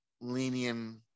lenient